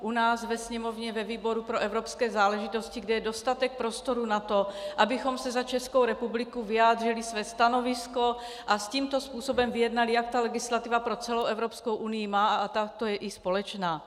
U nás ve Sněmovně, ve výboru pro evropské záležitosti, kde je dostatek prostoru na to, abychom za Českou republiku vyjádřili své stanovisko a s tímto způsobem vyjednali, jak ta legislativa pro celou Evropskou unii má a tato je i společná.